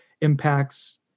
impacts